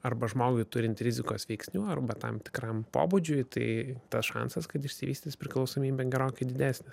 arba žmogui turint rizikos veiksnių arba tam tikram pobūdžiui tai tas šansas kad išsivystys priklausomybė gerokai didesnis